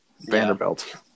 Vanderbilt